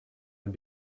and